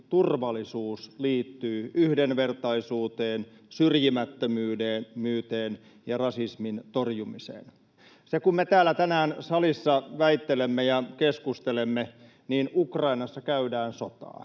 turvallisuus liittyy yhdenvertaisuuteen, syrjimättömyyteen ja rasismin torjumiseen. Kun me täällä tänään salissa väittelemme ja keskustelemme, Ukrainassa käydään sotaa,